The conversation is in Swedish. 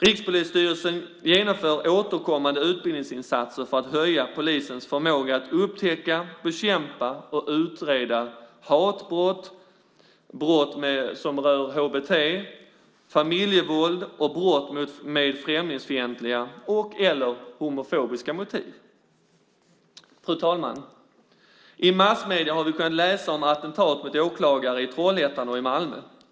Rikspolisstyrelsen genomför återkommande utbildningsinsatser för att höja polisens förmåga att upptäcka, bekämpa och utreda hatbrott, brott som rör HBT, familjevåld och brott med främlingsfientliga och/eller homofobiska motiv. Fru talman! I massmedier har vi kunnat läsa om attentat mot åklagare i Trollhättan och i Malmö.